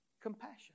Compassion